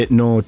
no